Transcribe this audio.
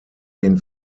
den